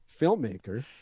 filmmaker